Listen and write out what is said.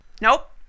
Nope